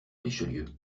richelieu